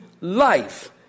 life